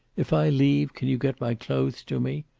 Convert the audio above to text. if i leave can you get my clothes to me?